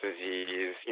disease